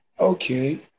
Okay